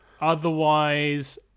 Otherwise